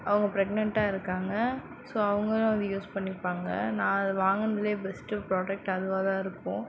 அவங்க பிரக்னென்ட்டா இருக்காங்க ஸோ அவங்களும் வந்து யூஸ் பண்ணிப்பாங்க நான் வாங்கினதுலயே பெஸ்ட் ப்ராடக்ட் அதுவாக தான் இருக்கும்